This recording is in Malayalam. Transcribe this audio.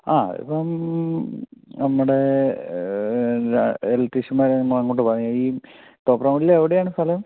ആ ഇപ്പം നമ്മുടെ ഇലക്ട്രീഷ്യന്മാരെ നമ്മൾ അങ്ങോട്ട് പറഞ്ഞു ഈ തോപ്രാംകുടിയിൽ എവിടെയാണ് സ്ഥലം